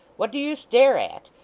what do you stare at?